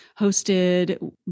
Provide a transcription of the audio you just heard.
hosted